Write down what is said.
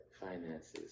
Finances